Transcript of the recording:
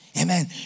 Amen